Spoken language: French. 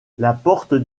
laporte